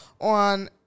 on